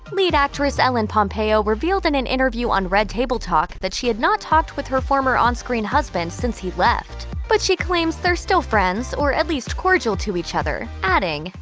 lead actress ellen pompeo revealed in an interview on red table talk that she had not talked with her former on-screen husband since he left. but she claims they're still friends, or at least cordial to each other, adding,